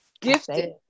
Gifted